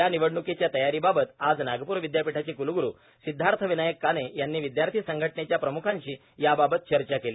या निवडणुक्रीच्या तयारीबाबत आज नागपूर विद्यापीठाचे कुलगुरू सिद्धार्थ विनायक क्राने यांनी विद्यार्थी संघटनेच्या प्रमुखांशी याबाबत चर्चा केली